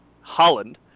Holland